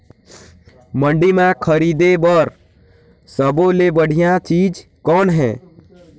मंडी म खरीदे बर सब्बो ले बढ़िया चीज़ कौन हे?